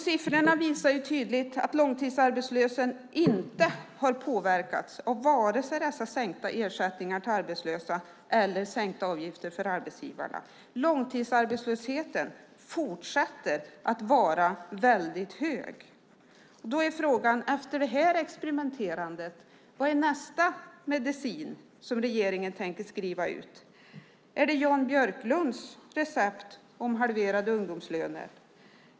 Siffrorna visar tydligt att långtidsarbetslösheten inte har påverkats av vare sig dessa sänkta ersättningar till arbetslösa eller sänkta avgifter för arbetsgivarna. Långtidsarbetslösheten fortsätter att vara hög. Då är frågan: Vad är nästa medicin som regeringen tänker skriva ut efter det här experimenterandet? Är det Jan Björklunds recept om halverade ungdomslöner?